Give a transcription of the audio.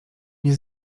nie